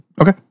Okay